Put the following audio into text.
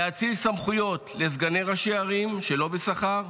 להאציל סמכויות לסגני ראשי ערים שלא בשכר,